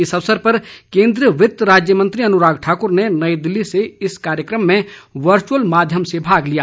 इस अवसर पर केंद्रीय वित्त राज्य मंत्री अनुराग ठाक्र ने नई दिल्ली से इस कार्यक्रम में वर्चअल माध्यम से भाग लिया